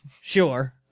Sure